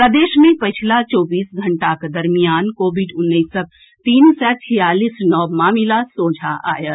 प्रदेश मे पछिला चौबीस घंटाक दरमियान कोविड उन्नैसक तीन सय छियालीस नव मामिला सोझा आएल